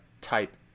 type